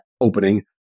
opening